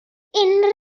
unrhyw